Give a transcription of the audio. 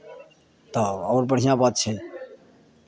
तऽ आओर बढ़िआँ बात छै